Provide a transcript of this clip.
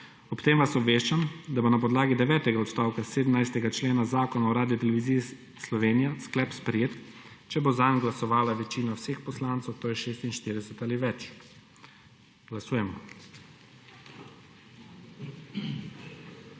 Ob tem vas obveščam, da bo na podlagi devetega odstavka 17. člena Zakona o Radioteleviziji Slovenija sklep sprejet, če bo zanj glasovala večina vseh poslancev, to je 46 ali več. Glasujemo.